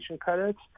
Credits